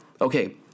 okay